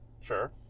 Sure